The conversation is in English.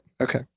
Okay